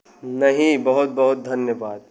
नहीं बहुत बहुत धन्यवाद